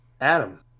Adam